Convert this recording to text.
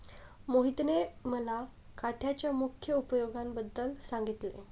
मोहितने मला काथ्याच्या मुख्य उपयोगांबद्दल सांगितले